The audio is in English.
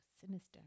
sinister